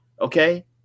okay